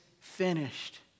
finished